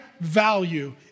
value